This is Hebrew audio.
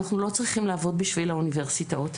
אנחנו לא צריכים לעבוד בשביל האוניברסיטאות.